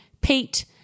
Pete